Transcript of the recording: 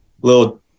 little